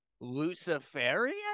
luciferian